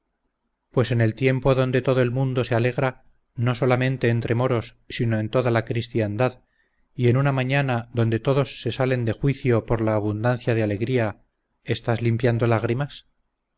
pues en el tiempo donde todo el mundo se alegra no solamente entre moros sino en toda la cristiandad y en una mañana donde todos se salen de juicio por la abundancia de alegría estás limpiando lágrimas